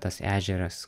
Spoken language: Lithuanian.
tas ežeras